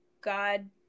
God